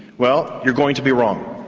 well, you're going to be wrong.